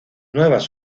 nuevas